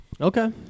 Okay